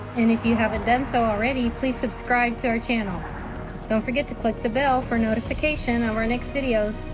and if you haven't done so already please subscribe to our channel don't forget to click the bell for notification over next videos.